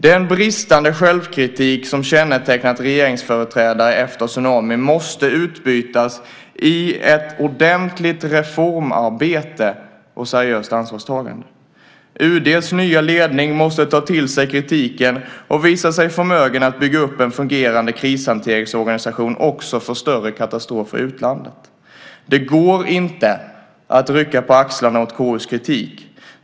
Den bristande självkritik som kännetecknat regeringsföreträdare efter tsunamin måste utbytas i ett ordentligt reformarbete och seriöst ansvarstagande. UD:s nya ledning måste ta till sig kritiken och visa sig förmögen att bygga upp en fungerande krishanteringsorganisation också för större katastrofer i utlandet. Det går inte att rycka på axlarna åt KU:s kritik.